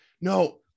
no